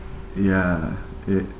correct ya it